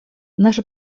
наша